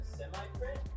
Semi-print